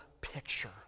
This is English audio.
picture